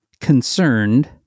concerned